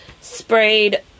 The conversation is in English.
sprayed